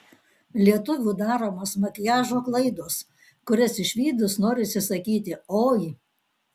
lietuvių daromos makiažo klaidos kurias išvydus norisi sakyti oi